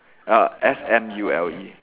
ah S M U L E